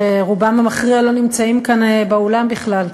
שרובם המכריע לא נמצאים כאן באולם בכלל,